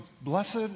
Blessed